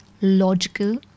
logical